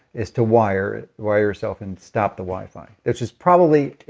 is to wire it. wire yourself and stop the wi-fi. that's just probably,